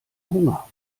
hunger